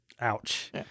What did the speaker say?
Ouch